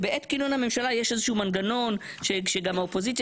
שבעת כינון הממשלה יש איזה שהוא מנגנון שגם האופוזיציה